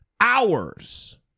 hours